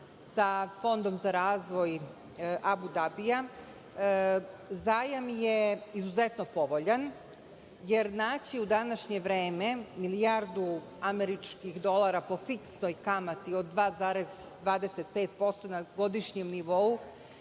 sa Fondom za razvoj Abu Dabija, zajam izuzetno povoljan, jer naći u današnje vreme milijardu američkih dolara po fiksnoj kamati od 2,25% na godišnjem nivou